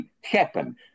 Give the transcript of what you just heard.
happen